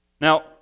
Now